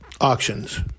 auctions